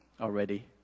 already